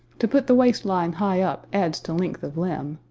to put the waist-line high up adds to length of limb,